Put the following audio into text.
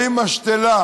האם משתלה